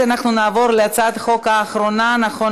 18 חברי כנסת בעד, אחד מתנגד, אחד נמנע.